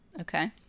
Okay